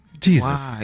jesus